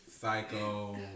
psycho